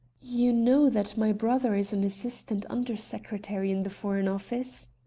you know that my brother is an assistant under-secretary in the foreign office?